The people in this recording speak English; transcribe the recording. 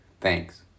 Thanks